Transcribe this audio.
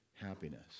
happiness